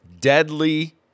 deadly